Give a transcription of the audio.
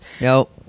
Nope